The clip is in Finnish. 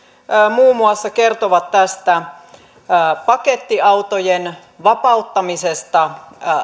muun muassa kertovat pakettiautojen vapauttamisesta